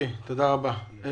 תודה רבה.